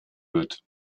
wird